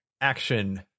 action